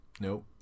Nope